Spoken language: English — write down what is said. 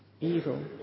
evil